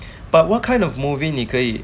but what kind of movie 你可以